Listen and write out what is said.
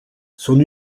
son